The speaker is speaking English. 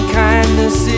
kindness